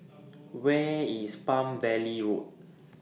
Where IS Palm Valley Road